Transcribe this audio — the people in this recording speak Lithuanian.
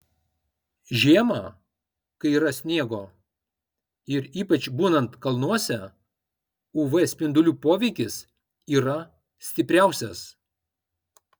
žiemą kai yra sniego ir ypač būnant kalnuose uv spindulių poveikis yra stipriausias